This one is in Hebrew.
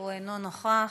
הוא אינו נוכח.